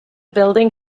building